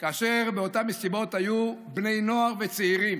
כשבאותן מסיבות היו בני נוער וצעירים